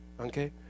Okay